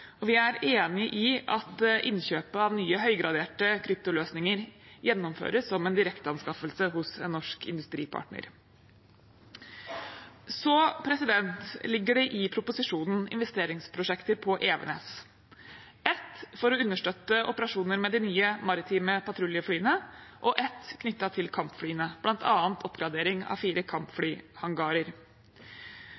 og vi er enig i at innkjøpet av nye høygraderte kryptoløsninger gjennomføres som en direkteanskaffelse hos en norsk industripartner. I proposisjonen ligger det også investeringsprosjekter på Evenes – ett for å understøtte operasjoner med de nye maritime patruljeflyene og ett knyttet til kampflyene, bl.a. oppgradering av fire